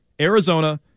Arizona